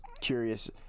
curious